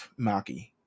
Maki